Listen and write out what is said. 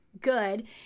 Good